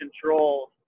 control